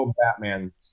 Batman